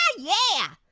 ah yeah.